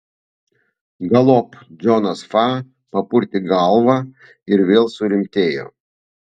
galop džonas fa papurtė galvą ir vėl surimtėjo